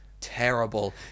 terrible